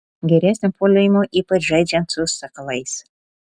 geresnio puolimo ypač žaidžiant su sakalais